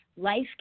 life